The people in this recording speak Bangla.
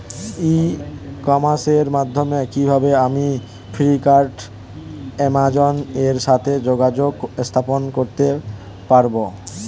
ই কমার্সের মাধ্যমে কিভাবে আমি ফ্লিপকার্ট অ্যামাজন এর সাথে যোগাযোগ স্থাপন করতে পারব?